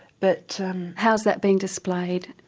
but has that been displayed?